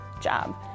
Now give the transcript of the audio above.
job